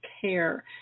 Care